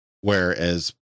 Whereas